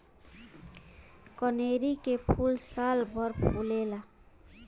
कनेरी के फूल सालभर फुलेला